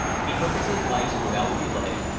he took his advice without delay,